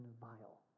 vile